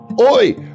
Oi